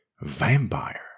Vampire